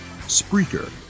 Spreaker